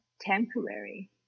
temporary